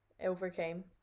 overcame